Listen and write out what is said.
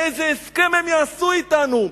איזה הסכם הם יעשו אתנו.